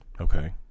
okay